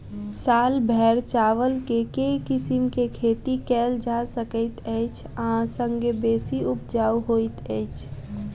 साल भैर चावल केँ के किसिम केँ खेती कैल जाय सकैत अछि आ संगे बेसी उपजाउ होइत अछि?